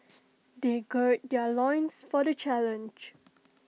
they gird their loins for the challenge